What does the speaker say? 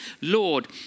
lord